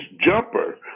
jumper